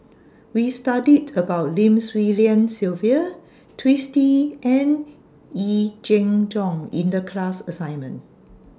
We studied about Lim Swee Lian Sylvia Twisstii and Yee Jenn Jong in The class assignment